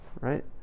right